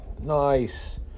Nice